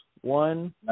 One